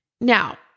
Now